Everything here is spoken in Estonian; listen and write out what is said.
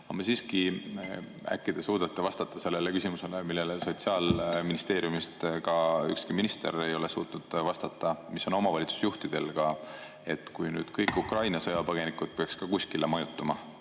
eest! Aga äkki te suudate vastata sellele küsimusele, millele Sotsiaalministeeriumist ka ükski minister ei ole suutnud vastata ja mis on ka omavalitsusjuhtidel. Kui nüüd kõik Ukraina sõjapõgenikud peaks kuskile majutuma,